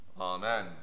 Amen